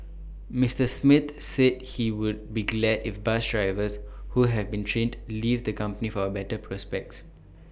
Mister Smith said he would be glad if bus drivers who have been trained leave the company for better prospects